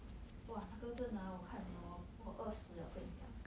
!wah! 那个真的 ah 我看 liao hor 我饿死 leh 我跟你讲